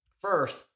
First